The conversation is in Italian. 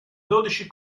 dodici